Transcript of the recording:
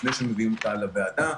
לפני שמביאים אותה לוועדה.